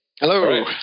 Hello